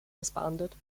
disbanded